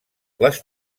les